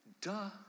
Duh